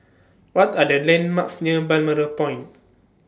What Are The landmarks near Balmoral Point